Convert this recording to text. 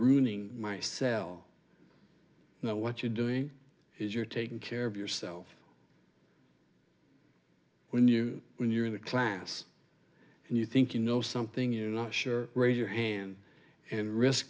ruining my cell you know what you're doing is you're taking care of yourself when you when you're in that class and you think you know something you're not sure raise your hand and risk